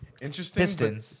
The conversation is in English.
Interesting